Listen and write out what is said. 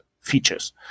features